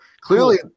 clearly